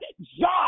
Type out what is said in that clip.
job